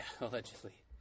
allegedly